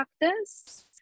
practice